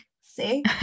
See